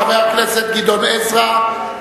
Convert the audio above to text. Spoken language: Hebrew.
חבר הכנסת גדעון עזרא,